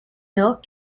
milk